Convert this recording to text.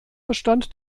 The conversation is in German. bestand